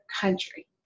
country